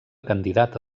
candidata